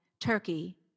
Turkey